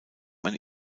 man